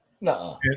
No